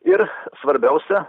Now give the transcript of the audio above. ir svarbiausia